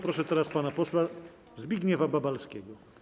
Proszę teraz pana posła Zbigniewa Babalskiego.